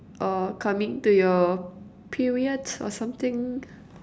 or coming to your period or something